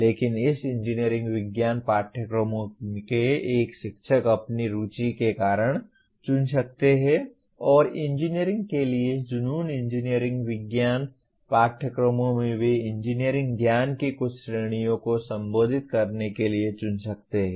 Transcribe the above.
लेकिन इस इंजीनियरिंग विज्ञान पाठ्यक्रमों के एक शिक्षक अपनी रुचि के कारण चुन सकते हैं और इंजीनियरिंग के लिए जुनून इंजीनियरिंग विज्ञान पाठ्यक्रमों में भी इंजीनियरिंग ज्ञान की कुछ श्रेणियों को संबोधित करने के लिए चुन सकते हैं